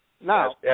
Now